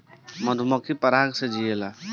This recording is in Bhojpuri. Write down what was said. मधुमक्खी पराग से जियेले